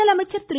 முதலமைச்சர் திரு